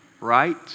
right